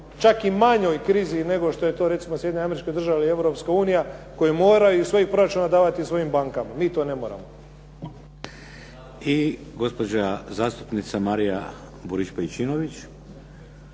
čak i manjoj krizi nego što je to recimo Sjedinjene Američke Države i Europska unija koje moraju iz svojih proračuna davati svojim bankama. Mi to ne moramo. **Šeks, Vladimir (HDZ)** I gospođa zastupnica Marija Burić-Pejčinović.